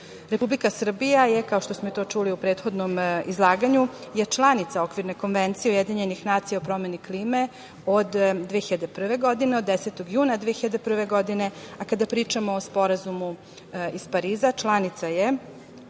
nama. Republika Srbija je, kao što smo to čuli i u prethodnom izlaganju, članica Okvirne konvencije UN o promeni klime od 2001. godine, od 10. juna 2001. godine, a kada pričamo o Sporazumu iz Pariza, članica je